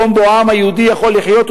מקום שבו העם היהודי יכול לחיות,